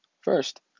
First